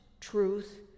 Truth